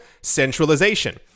centralization